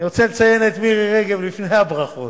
אני רוצה לציין את מירי רגב, לפני הברכות,